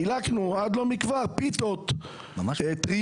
חילקנו עד לא מכבר פיתות טריות,